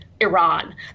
Iran